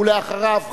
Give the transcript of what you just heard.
ואחריו,